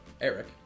Eric